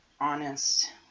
honest